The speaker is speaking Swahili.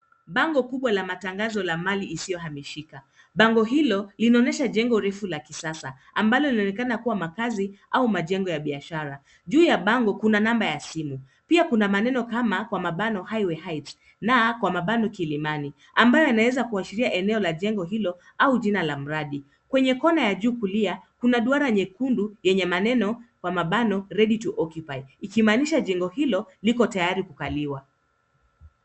Bango kubwa la matangazo la mali isio hamishika. Bango hilo linonesha jengo refu la kisasa, ambalo linaonekana kuwa makazi au majengo ya biashara. Juu ya bango kuna namba ya simu. Pia kuna maneno kama kwa mabano Highway Heights na kwa mabano Kilimani. Ambayo yanaweza kuashiria eneo la jengo hilo au jina la mradi. Kwenye kona ya juu kulia, kuna duara nyekundu yenye maneno kwa mabano Ready to Occupy . Ikimanisha jengo hilo, liko tayari kukaliwa.